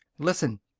listen.